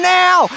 now